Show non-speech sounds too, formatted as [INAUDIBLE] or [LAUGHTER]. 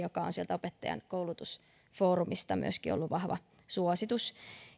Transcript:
[UNINTELLIGIBLE] joka on sieltä opettajankoulutusfoorumista myöskin ollut vahva suositus